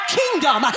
kingdom